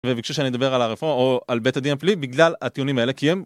וביקשו שאני אדבר על הרפורמה או על בית הדין הפלילי בגלל הטיעונים האלה, כי הם